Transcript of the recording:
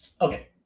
okay